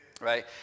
right